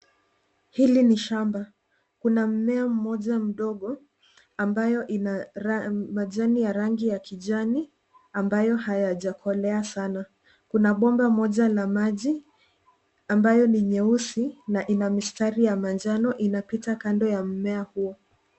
Hili ni shamba. Kuna mmea mmoja mdogo wenye majani ya rangi ya kijani ambayo hayajakolea sana. Kuna bomba moja la maji ambalo ni jeusi na lina mistari ya manjano, likipita kando ya mmea huo.